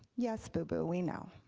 yes boo boo, we know.